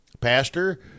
Pastor